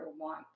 want